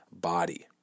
body